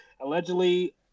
Allegedly